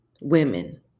Women